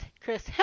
Chris